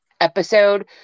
episode